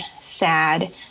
sad